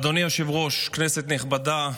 אדוני היושב-ראש, כנסת נכבדה,